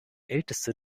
älteste